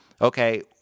okay